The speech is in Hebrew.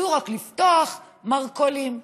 אסור לפתוח רק מרכולים.